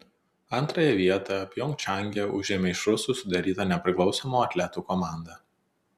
antrąją vietą pjongčange užėmė iš rusų sudaryta nepriklausomų atletų komanda